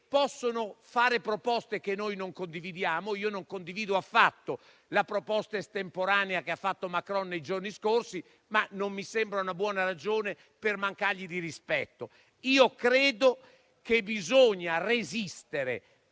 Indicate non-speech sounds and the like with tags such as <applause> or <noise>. possono fare proposte che noi non condividiamo, come io non condivido affatto la proposta estemporanea di Macron nei giorni scorsi, ma non mi sembra una buona ragione per mancargli di rispetto. <applause> Bisogna resistere